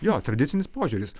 jo tradicinis požiūris